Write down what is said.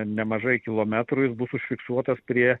nemažai kilometrų jis bus užfiksuotas prie